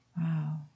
Wow